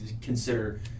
consider